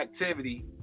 activity